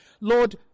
Lord